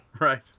Right